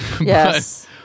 Yes